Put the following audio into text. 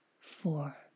four